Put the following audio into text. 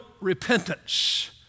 repentance